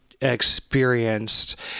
experienced